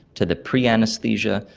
to the pre-anaesthesia,